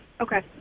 Okay